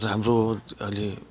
जहाँ हाम्रो अलि